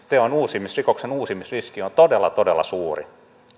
teon uusimisriski on todella todella suuri